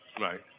Right